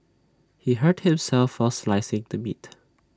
he hurt himself while slicing the meat